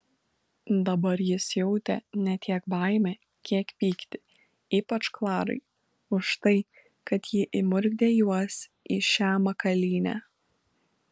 dabar jis jautė ne tiek baimę kiek pyktį ypač klarai už tai kad ji įmurkdė juos į šią makalynę